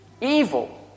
evil